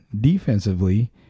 defensively